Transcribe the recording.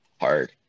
hard